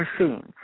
machine